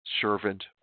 servant